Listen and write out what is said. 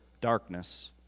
darkness